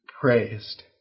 praised